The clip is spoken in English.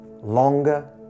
longer